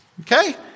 Okay